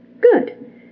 Good